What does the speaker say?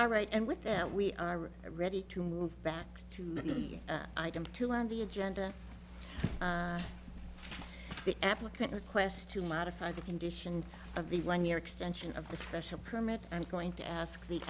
all right and with that we are ready to move back to the item two on the agenda the applicant request to modify the condition of the one year extension of the special permit i'm going to ask the